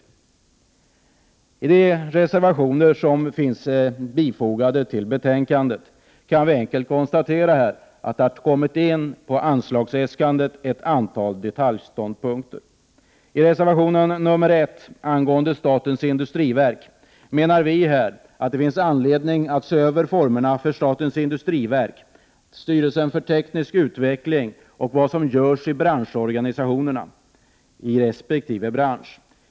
Man kan enkelt konstatera att det i de reservationer som är fogade till betänkandet finns ett antal detaljståndpunkter i anslutning till anslagsäskandet. I reservation 1 angående statens industriverks förvaltningskostnader menar vi moderater att det finns anledning att se över formerna för statens industriverk, styrelsen för teknisk utveckling och vad som görs i branschorganisationerna i resp. bransch.